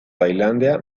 tailandia